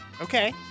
Okay